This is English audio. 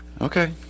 Okay